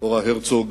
אורה הרצוג,